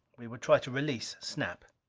we would try to release snap.